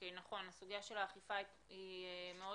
נכון, הסוגיה של האכיפה היא מאוד